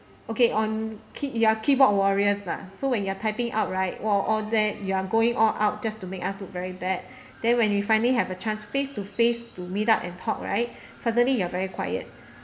okay on key~ ya keyboard warriors lah so when you're typing out right !whoa! all that you are going all out just to make us look very bad then when we finally have a chance face to face to meet up and talk right suddenly you're very quiet